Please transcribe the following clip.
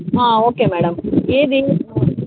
okay madam ఏది